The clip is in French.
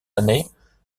années